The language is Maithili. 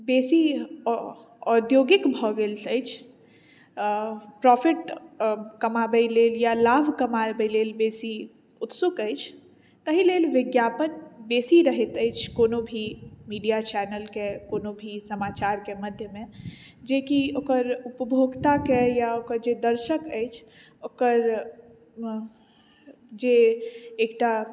बेसी औद्योगिक भऽ गेल अछि प्रॉफिट कमाबै लेल या लाभ कमाबै लेल बेसी ऊत्सुक अछि ताहिलेल विज्ञापन बेसी रहैत अछि कोनो भी मीडिया चैनलके कोनो भी समाचार के मध्य मे जेकी ओकर ऊपभोक्ता के या ओकर जे दर्शक अछि ओकर जे एकटा